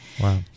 Wow